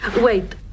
Wait